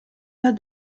pas